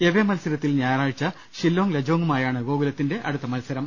away മത്സരത്തിൽ ഞായ റാഴ്ച ഷില്ലോംഗ് ലജോംഗുമായാണ് ഗോകുലത്തിന്റെ അടുത്ത മത്സരം